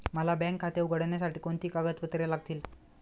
मला बँक खाते उघडण्यासाठी कोणती कागदपत्रे लागतील?